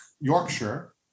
Yorkshire